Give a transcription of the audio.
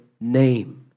name